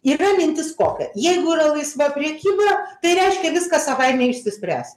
ir vėl mintis kokia jeigu yra laisva prekyba tai reiškia viskas savaime išsispręs